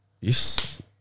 Yes